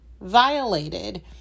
violated